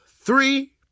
three